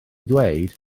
dweud